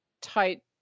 tight